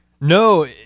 No